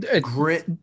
grit